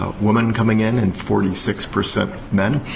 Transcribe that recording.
ah women coming in and forty six percent men.